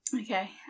Okay